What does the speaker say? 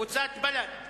הסתייגות קבוצת בל"ד,